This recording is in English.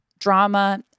drama